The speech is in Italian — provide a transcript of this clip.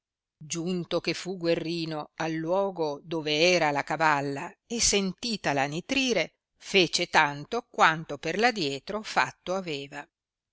giunto che fu guerrino al luogo dove era la cavalla e sentitala nitrire fece tanto quanto per adietro fatto aveva